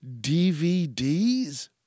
DVDs